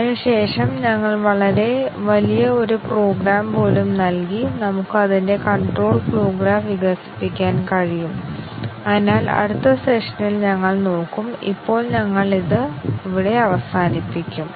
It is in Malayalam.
അതിനാൽ ഞങ്ങൾ ഇവിടെ നിർത്തി MC DC പരിശോധനയെക്കുറിച്ചുള്ള ചർച്ച അടുത്ത സെഷനിൽ പുനരാരംഭിക്കും